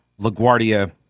LaGuardia